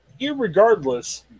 irregardless